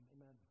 Amen